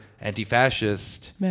anti-fascist